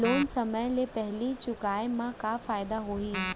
Loan समय ले पहिली चुकाए मा का फायदा होही?